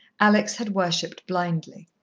alex had worshipped blindly.